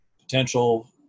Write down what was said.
potential